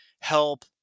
help